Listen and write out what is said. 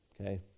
okay